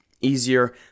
easier